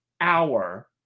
hour